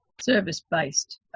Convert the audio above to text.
service-based